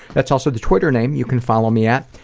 that's also the twitter name you can follow me at.